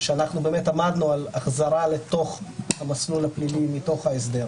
שאנחנו באמת עמדנו על החזרה לתוך המסלול הפלילי מתוך ההסדר.